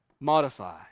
modify